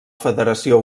federació